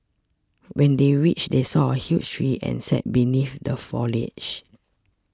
when they reached they saw a huge tree and sat beneath the foliage